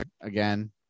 again